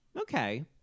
okay